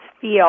feel